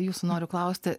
jūsų noriu klausti